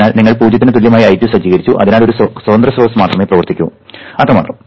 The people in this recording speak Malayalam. അതിനാൽ നിങ്ങൾ 0 ന് തുല്യമായി I2 സജ്ജീകരിച്ചു അതിനാൽ ഒരു സ്വതന്ത്ര സ്രോതസ്സ് മാത്രമേ പ്രവർത്തിക്കൂ അത്രമാത്രം